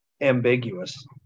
ambiguous